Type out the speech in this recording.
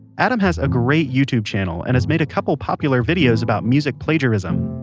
adam has a great youtube channel and has made a couple popular videos about music plagiarism.